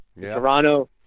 Toronto